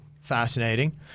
fascinating